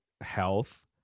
health